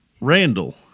Randall